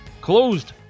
closed